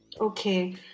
okay